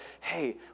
hey